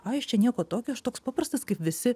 ai aš čia nieko tokio aš toks paprastas kaip visi